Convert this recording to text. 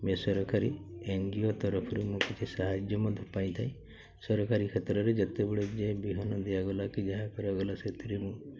ବେସରକାରୀ N G O ତରଫରୁ ମୁଁ କିଛି ସାହାଯ୍ୟ ମଧ୍ୟ ପାଇଥାଏ ସରକାରୀ କ୍ଷେତ୍ରରେ ଯେତେବେଳେ ଯାଏ ବିହନ ଦିଆଗଲା କି ଯାହା କରାଗଲା ସେଥିରେ ମୁଁ